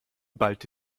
ballte